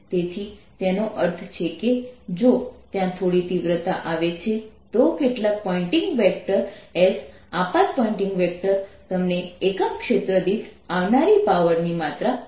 તેથી તેનો અર્થ છે કે જો ત્યાં થોડી તીવ્રતા આવે છે તો કેટલાક પોઇન્ટિંગ વેક્ટર s આપાત પોઇન્ટિંગ વેક્ટર તમને એકમ ક્ષેત્ર દીઠ આવનારી પાવર ની માત્રા આપે છે